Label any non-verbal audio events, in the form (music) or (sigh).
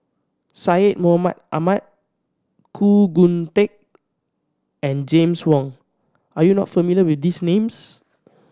Syed Mohamed Ahmed Khoo (unintelligible) Teik and James Wong are you not familiar with these names